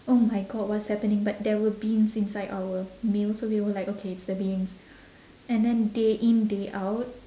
oh my god what's happening but there were beans inside our meals so we were like okay it's the beans and then day in day out